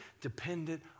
dependent